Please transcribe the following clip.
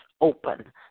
open